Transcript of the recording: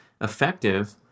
effective